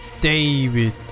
David